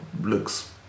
looks